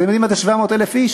אתם יודעים מה זה 700,000 איש?